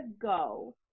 go